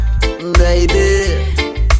Baby